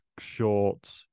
short